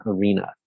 Arena